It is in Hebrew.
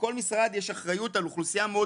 לכל משרד יש אחריות על אוכלוסייה מאוד